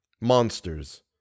monsters